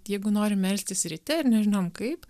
jeigu norim melstis ryte ir nežinom kaip